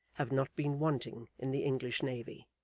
have not been wanting in the english navy.